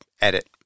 edit